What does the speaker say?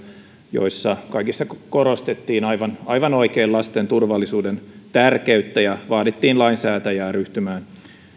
joissa kaikissa korostettiin aivan aivan oikein lasten turvallisuuden tärkeyttä ja vaadittiin lainsäätäjää ryhtymään